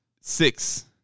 Six